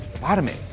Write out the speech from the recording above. bottoming